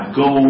go